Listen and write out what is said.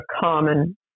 common